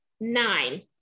Nine